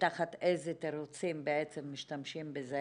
ותחת איזה תירוצים משתמשים בזה